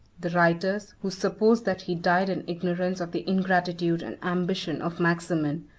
the writers, who suppose that he died in ignorance of the ingratitude and ambition of maximin,